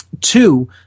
two